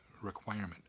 requirement